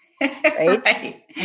Right